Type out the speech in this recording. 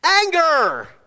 Anger